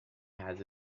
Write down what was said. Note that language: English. has